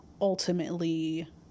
ultimately